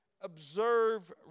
observe